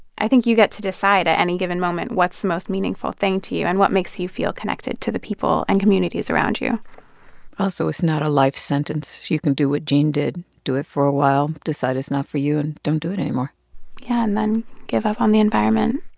i think you get to decide, at any given moment, what's the most meaningful thing to you and what makes you feel connected to the people and communities around you also, it's not a life sentence. you can do what gene did. do it for a while, decide it's not for you and don't do it anymore yeah, and then give up on the environment